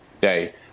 day